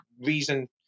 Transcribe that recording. reason